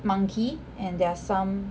monkey and there are some